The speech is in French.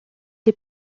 des